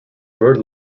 bird